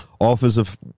offensive